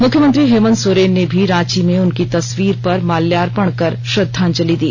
मुख्यमंत्री हेमन्त सोरेन ने भी रांची में उनकी तस्वीर पर माल्यार्पण कर श्रद्धांजलि दी